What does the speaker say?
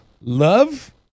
Love